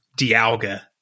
Dialga